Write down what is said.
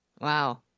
Wow